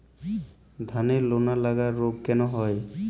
ধানের লোনা লাগা রোগ কেন হয়?